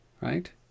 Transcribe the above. right